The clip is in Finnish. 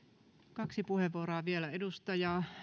kaksi puheenvuoroa vielä edustaja